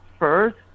First